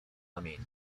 pamięci